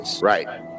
Right